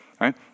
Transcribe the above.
right